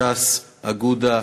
ש"ס, אגודה,